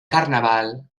carnaval